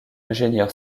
ingénieur